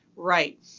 right